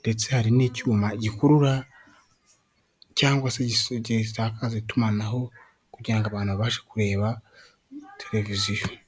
ndetse hari n'icyuma gikurura cyangwa se gisakaza itumanaho kugira ngo abantu babashe kureba tereviziyo.